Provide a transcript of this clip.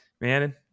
man